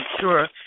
sure